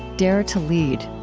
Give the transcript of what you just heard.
dare to lead